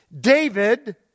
David